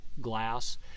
glass